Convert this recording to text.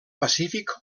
pacífic